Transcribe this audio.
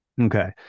Okay